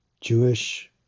Jewish